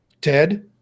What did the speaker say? Ted